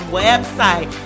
website